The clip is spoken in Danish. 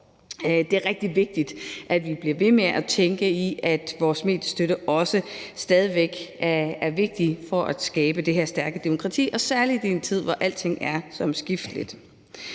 Det er rigtig vigtigt, at vi bliver ved med at tænke i, at vores mediestøtte også stadig væk er vigtig for at skabe det her stærke demokrati, og særlig i en tid, hvor alting er så omskifteligt.